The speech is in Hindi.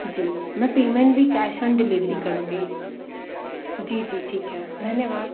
जी मैं पेमेंट भी कैश ऑन डिलीवरी करूँगी जी जी ठीक है धन्यवाद